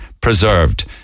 preserved